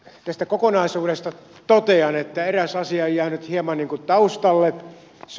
tästä kokonaisuudesta totean että eräs asia on jäänyt hieman taustalle